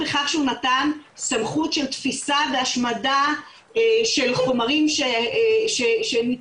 בכך שהוא נתן סמכות של תפיסה והשמדה של חומרים שנתפסים,